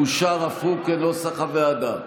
כנוסח הוועדה,